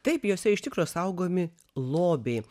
taip jose iš tikro saugomi lobiai